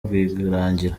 rwirangira